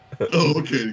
Okay